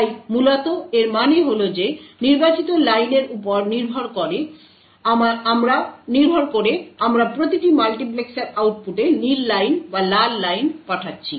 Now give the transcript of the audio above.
তাই মূলত এর মানে হল যে নির্বাচিত লাইনের উপর নির্ভর করে আমরা প্রতিটি মাল্টিপ্লেক্সার আউটপুটে নীল লাইন বা লাল লাইন পাঠাচ্ছি